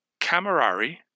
camerari